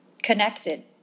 connected